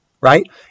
right